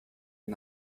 and